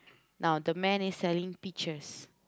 now the man is selling peaches